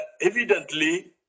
evidently